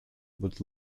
would